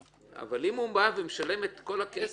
אבל אם הוא בא ומשלם את כל הכסף?